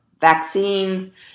vaccines